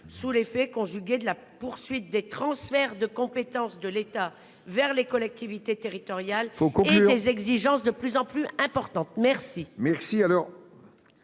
sous l'effet conjugué de la poursuite des transferts de compétences de l'État vers les collectivités territoriales et d'exigences de plus en plus importantes. Quel